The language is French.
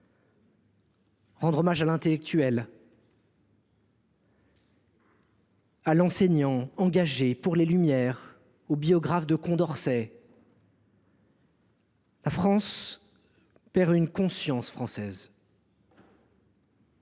rendre hommage à l’intellectuel, à l’enseignant engagé pour les Lumières, au biographe de Condorcet. La France perd une conscience française